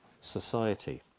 society